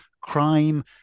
crime